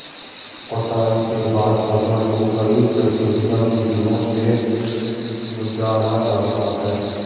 कटाई के बाद फसल को कई प्रसंस्करण विधियों से गुजारा जाता है